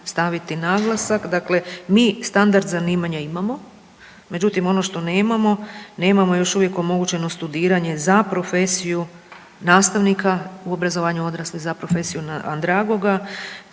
staviti naglasak, dakle mi standard zanimanja imamo, međutim ono što nemamo, nemamo još uvijek omogućeno studiranje za profesiju nastavnika u obrazovanja odraslih za profesiju andragoga.